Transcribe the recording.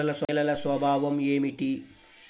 నేలల స్వభావం ఏమిటీ?